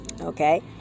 okay